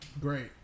Great